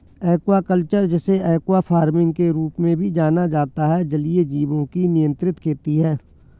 aquaculture, जिसे aqua farming के रूप में भी जाना जाता है, जलीय जीवों की नियंत्रित खेती है